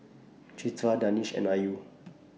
Citra Danish and Ayu